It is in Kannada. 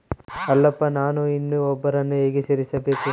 ಅಲ್ಲಪ್ಪ ನಾನು ಇನ್ನೂ ಒಬ್ಬರನ್ನ ಹೇಗೆ ಸೇರಿಸಬೇಕು?